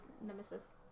nemesis